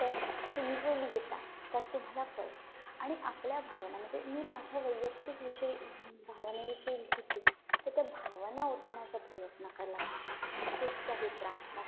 तर तुम्ही जे लिहीत आहे त्यात तुम्हाला कळेल आणि आपल्या भावना म्हणजे मी माझ्या वैयक्तिक विषयी भावनेविषयी लिहिते तर त्या भावना ओतण्याचा प्रयत्न केला पाहिजे कुठच्याही